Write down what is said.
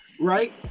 Right